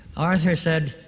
arthur said,